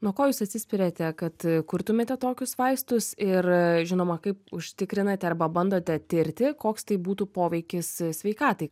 nuo ko jūs atsispiriate kad kurtumėte tokius vaistus ir žinoma kaip užtikrinate arba bandote tirti koks tai būtų poveikis sveikatai